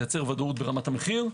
לייצר ודאות ברמת המחיר,